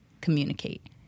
communicate